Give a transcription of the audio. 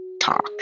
talk